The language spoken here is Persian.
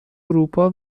اروپا